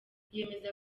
yemeza